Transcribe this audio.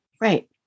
Right